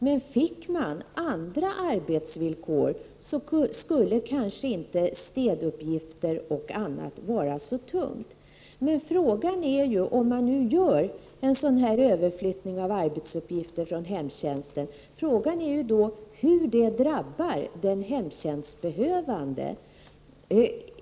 Fick personalen andra arbetsvillkor skulle kanske inte städuppgifter och annat vara så tunga. Om man nu för över arbetsuppgifter från hemtjänsten är frågan hur detta drabbar de hemtjänstbehövande.